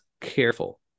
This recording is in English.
careful